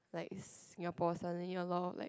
like Singapore suddenly a lot of like likes